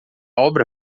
obra